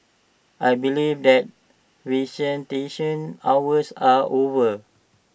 I believe that visitation hours are over